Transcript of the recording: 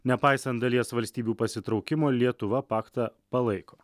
nepaisant dalies valstybių pasitraukimo lietuva paktą palaiko